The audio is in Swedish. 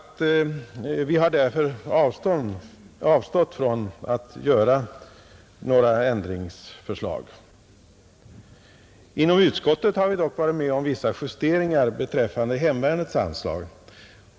Vi har därför avstått från att framföra några ändringsförslag. Inom utskottet har vi dock varit med om vissa justeringar beträffande hemvärnets anslag.